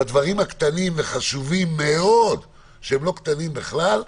בדברים הקטנים והחשובים מאוד שהם לא קטנים בכלל,